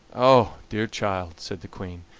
ah! dear child, said the queen,